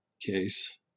case